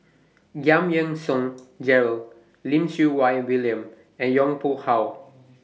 Giam Yean Song Gerald Lim Siew Wai William and Yong Pung How